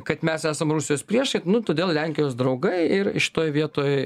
kad mes esam rusijos priešai nu todėl lenkijos draugai ir šitoj vietoj